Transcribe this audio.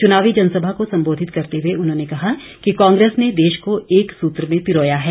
चुनावी जनसभा को संबोधित करते हुए उन्होंने कहा कि कांग्रेस ने देश को एक सूत्र में पिरोया है